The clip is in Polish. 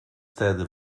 wtedy